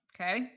Okay